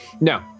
no